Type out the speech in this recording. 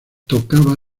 tocaba